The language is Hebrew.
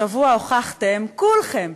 השבוע הוכחתם כולכם,